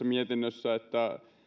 mietinnössä että